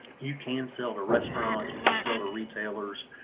you can sell to restaurants, you can sell to retailers.